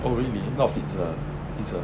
oh really not pfizer ah pfizer